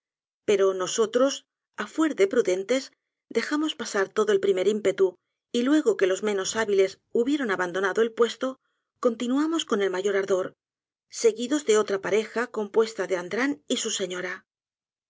pero nosotros á fuer de prudentes dejamos pasar todo el primer ímpetu y luego que los menos hábiles hubieron abandonado el puesto continuamos con el mayor ardor seguidos de otra pareja compuesta de andran y su señora